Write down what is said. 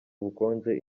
ubukonje